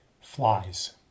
flies